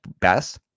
best